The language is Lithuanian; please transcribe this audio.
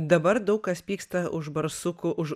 dabar daug kas pyksta už barsukų už